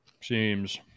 seems